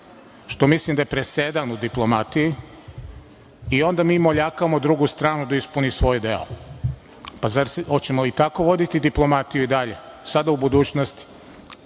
što mislim da je presedan u diplomatiji i onda mi moljakamo drugu stranu da ispuni svoj deo. Hoćemo li tako voditi diplomatiju i dalje, sada u budućnosti,